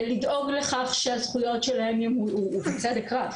לדאוג לכך שהזכויות שלהם ימולאו ובצדק רב,